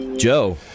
Joe